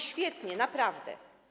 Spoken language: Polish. Świetnie, naprawdę.